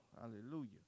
Hallelujah